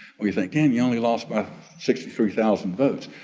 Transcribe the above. we think, dang, he only lost by sixty three thousand votes.